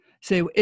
say